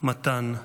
מתן,